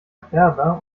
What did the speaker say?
färber